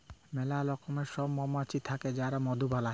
ম্যালা রকমের সব মমাছি থাক্যে যারা মধু বালাই